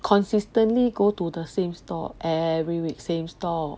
consistently go to the same stall every week same stall